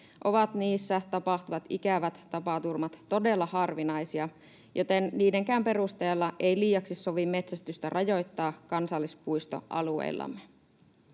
ovat niissä tapahtuvat ikävät tapaturmat todella harvinaisia, joten niidenkään perusteella ei liiaksi sovi metsästystä rajoittaa kansallispuistoalueillamme.